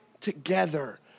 together